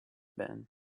been